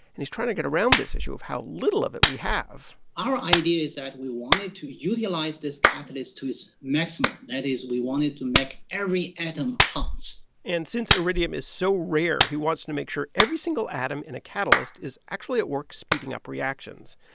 and he's trying to get around this issue of how little of it we have our idea is that we wanted to utilize this catalyst to its maximum. that is, we wanted to make every atom count and since iridium is so rare, he wants to make sure every single atom in a catalyst is actually at work, speeding up reactions.